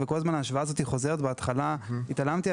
שכל הזמן ההשוואה הזו חוזרת בהתחלה התעלמתי,